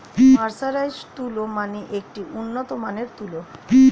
mercerised তুলো মানে একটি উন্নত মানের তুলো